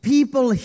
People